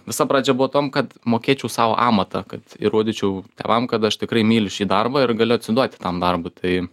visa pradžia buvo tam kad mokėčiau savo amatą kad įrodyčiau tėvam kad aš tikrai myliu šį darbą ir galiu atsiduoti tam darbui tai